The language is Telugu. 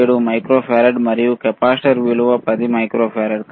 77 మైక్రోఫారాడ్ మరియు కెపాసిటర్ విలువ 10 మైక్రోఫారడ్